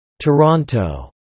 Toronto